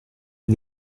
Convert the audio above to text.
est